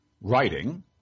Writing